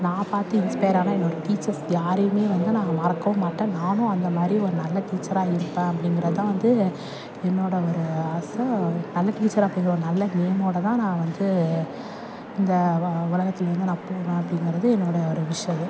நான் பார்த்து இன்ஸ்பியரான என்னோட டீச்சர்ஸ் யாரையுமே வந்து நான் மறக்கவும் மாட்டேன் நானும் அந்த மாதிரி ஒரு நல்ல டீச்சராக இருப்பேன் அப்படிங்கிறது தான் வந்து என்னோட ஒரு ஆசை நல்ல டீச்சர் அப்படிங்கிற ஒரு நல்ல நேமோட தான் நான் வந்து இந்த உ உலத்தில் இருந்து நான் போவேன் அப்படிங்கிறது என்னோட ஒரு விஷ்வல்